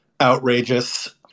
outrageous